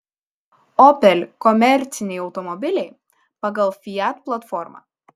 opel komerciniai automobiliai pagal fiat platformą